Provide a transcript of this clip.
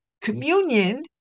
communion